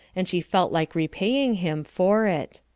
and she felt like repaying him for it.